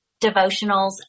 devotionals